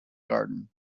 garden